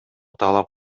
талап